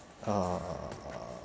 uh